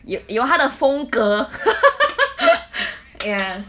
有有他的风格 ya